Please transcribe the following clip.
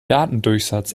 datendurchsatz